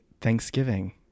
Thanksgiving